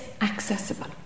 accessible